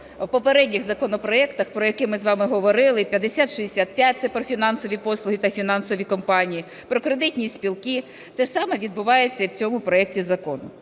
в попередніх законопроектах, про які ми з вами говорили, і 5565 (це про фінансові послуги та фінансові компанії, про кредитні спілки), те ж саме відбувається і в цьому проекті закону.